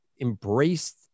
embraced